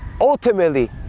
ultimately